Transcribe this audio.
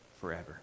forever